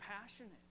passionate